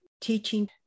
teaching